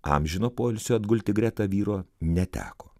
amžino poilsio atgulti greta vyro neteko